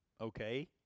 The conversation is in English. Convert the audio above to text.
Okay